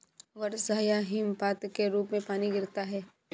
वर्षा या हिमपात के रूप में पानी गिरता है